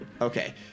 Okay